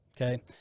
Okay